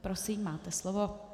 Prosím, máte slovo.